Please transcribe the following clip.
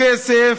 כסף,